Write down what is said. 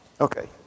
Okay